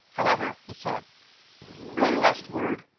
however, he said one last word.